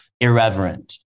irreverent